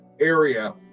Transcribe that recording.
area